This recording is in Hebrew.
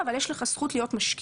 אבל יש לו זכות להיות משקיף.